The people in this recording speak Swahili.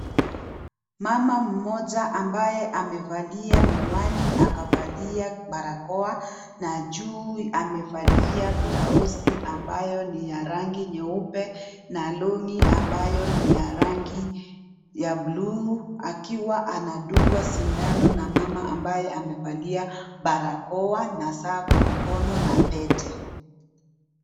Mama mmoja ambaye amevalia mihiwani akavalia barakoa na juu amevalia blaosi ambayo ni ya rangi nyeupe na longi ambayo ni ya rangi ya buluu akiwa anadungwa sindano na mama ambaye amevalia barakoa na saa kwa amkono na pete.